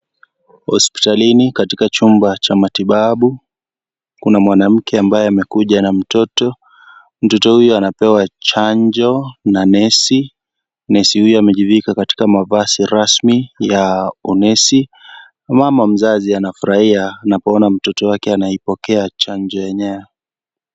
Hospitalini katika chumba cha matibabu. Kuna mwanamke ambaye amekuja na mtoto. Mtoto huyo anapewa chanjo na nesi. Nesi huyo amejivika katika mavazi rasmi ya unesi na mama mzazi anafurahia anapoona mtoto wake akipokea chanjo yenyewe.